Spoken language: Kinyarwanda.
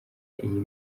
iyi